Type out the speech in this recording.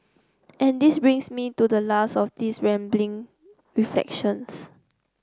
and this brings me to the last of these rambling reflections